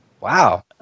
Wow